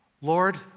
Lord